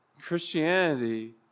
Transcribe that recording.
Christianity